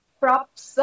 props